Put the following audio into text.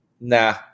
nah